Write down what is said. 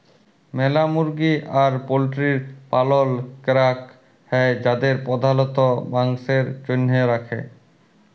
ম্যালা মুরগি আর পল্ট্রির পালল ক্যরাক হ্যয় যাদের প্রধালত মাংসের জনহে রাখে